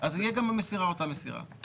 אז יהיה גם במסירה אותה מסירה.